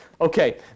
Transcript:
okay